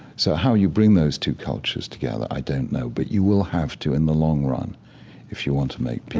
so how you bring those two cultures together, i don't know, but you will have to in the long run if you want to make peace